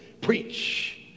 preach